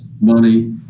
money